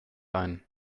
ein